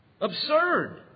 Absurd